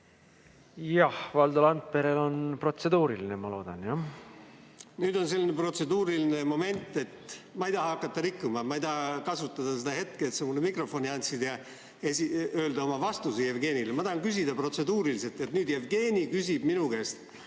Valdo Randperel on protseduuriline küsimus, ma loodan. Nüüd on selline protseduuriline moment, et ma ei taha hakata rikkuma seadust. Ma ei taha kasutada seda võimalust, et sa mulle mikrofoni andsid, ja öelda oma vastuse Jevgenile. Ma tahan küsida protseduuriliselt, et kui Jevgeni küsib minu käest